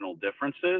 differences